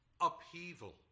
upheaval